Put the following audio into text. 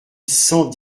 cent